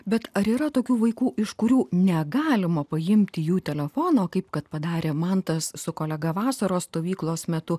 bet ar yra tokių vaikų iš kurių negalima paimti jų telefono kaip kad padarė mantas su kolega vasaros stovyklos metu